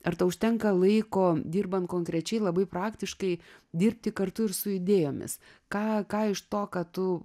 ar tau užtenka laiko dirbant konkrečiai labai praktiškai dirbti kartu ir su idėjomis ką ką iš to ką tu